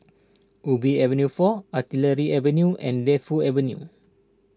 Ubi Avenue four Artillery Avenue and Defu Avenue